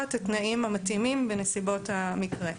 את התנאים המתאימים בנסיבות המקרה.